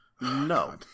No